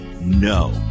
No